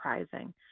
surprising